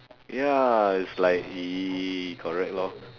ya is like !ee! correct lor